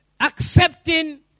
Accepting